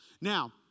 Now